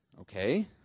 Okay